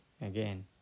again